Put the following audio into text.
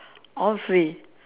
all free